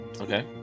Okay